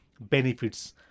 benefits